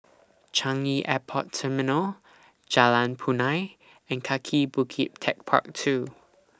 Changi Airport Terminal Jalan Punai and Kaki Bukit Techpark two